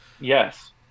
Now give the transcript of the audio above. Yes